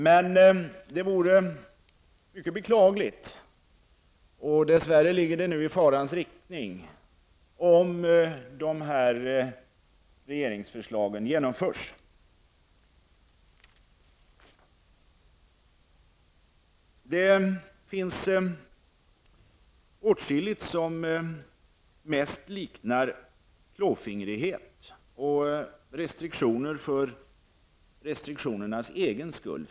Däremot vore det mycket beklagligt -- dess värre ligger det nu i farans riktning att det blir så -- om de här regeringsförslagen förverkligades. Åtskilligt här liknar mest av allt klåfingrighet. Det tycks handla om restriktioner för restriktionernas skull.